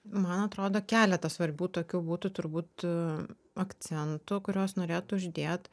man atrodo keletas svarbių tokių būtų turbūt akcentų kuriuos norėtų uždėt